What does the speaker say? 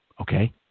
okay